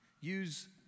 use